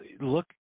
look